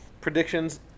Predictions